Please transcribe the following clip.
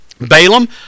Balaam